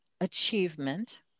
achievement